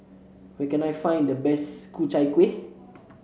where can I find the best Ku Chai Kuih